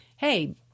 hey